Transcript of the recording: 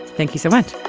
thank you so much